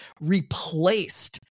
replaced